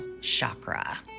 chakra